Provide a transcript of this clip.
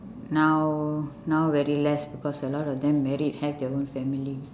now now very less because a lot of them married have their own family